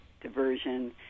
diversion